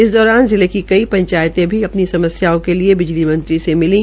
इस दौरान जिले की नई पंचायतें भी अपनी समस्याओं के लिए बिजली मंत्री से मिली